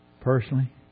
Personally